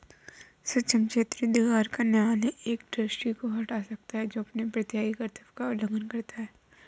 सक्षम क्षेत्राधिकार का न्यायालय एक ट्रस्टी को हटा सकता है जो अपने प्रत्ययी कर्तव्य का उल्लंघन करता है